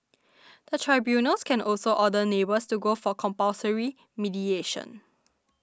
the tribunals can also order neighbours to go for compulsory mediation